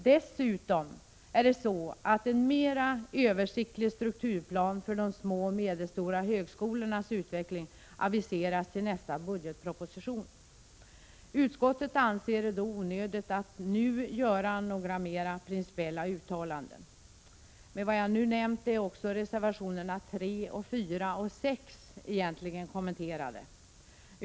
Dessutom är det så att en mera översiktlig strukturplan för de små och medelstora högskolornas utveckling aviseras till nästa budgetproposition. Utskottet anser det då onödigt att nu göra några mera principiella uttalanden. Med vad jag nämnt är också reservationerna 3, 4 och 6 egentligen kommenterade.